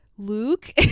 luke